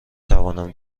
توانم